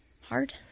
hard